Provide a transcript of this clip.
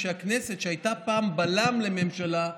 הכנסת, שהייתה פעם בלם לממשלה,